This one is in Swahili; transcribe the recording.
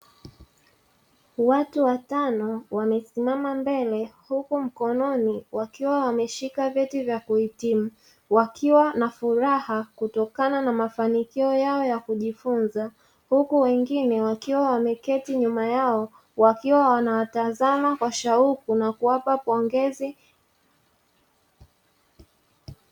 Watu watano wamesimama mbele huku mkononi wakiwa wameshika vyeti vya kuhitimu wakiwa na furaha kutokana na mafanikio yao ya kujifunza, huku wengine wakiwa wameketi nyuma yao wakiwa wanawatazama kwa shauku na kuwapa pongezi.